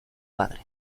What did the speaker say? padre